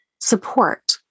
support